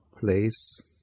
place